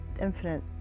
infinite